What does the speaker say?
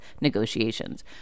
negotiations